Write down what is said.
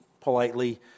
politely